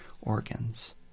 organs